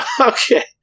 Okay